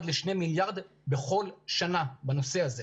לשני מיליארד שקלים בכל שנה בנושא הזה,